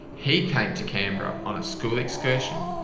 he came to canberra on a school excursion,